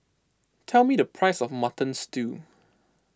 tell me the price of Mutton Stew